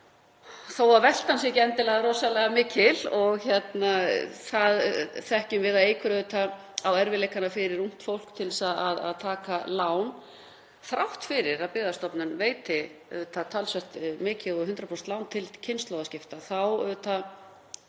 þótt veltan sé ekki endilega rosalega mikil og við þekkjum að það eykur auðvitað á erfiðleikana fyrir ungt fólk til þess að taka lán. Þrátt fyrir að Byggðastofnun veiti talsvert mikið, og 100% lán til kynslóðaskipta, þá